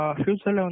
future